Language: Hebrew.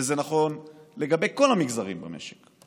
וזה נכון לגבי כל המגזרים במשק: